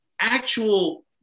actual